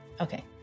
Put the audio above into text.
Okay